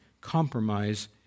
compromise